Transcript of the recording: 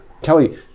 Kelly